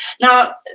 now